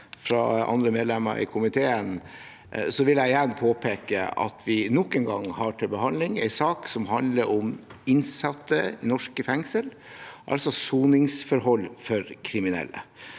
av andre medlemmer i komiteen vil jeg igjen påpeke at vi nok en gang har til behandling en sak som handler om innsatte i norske fengsler – altså soningsforhold for kriminelle.